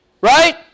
Right